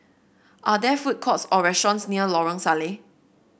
are there food courts or restaurants near Lorong Salleh